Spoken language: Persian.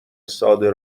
ساده